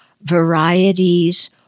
varieties